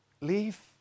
leave